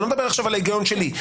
אני לא מדבר עכשיו על ההיגיון שלי,